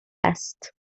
است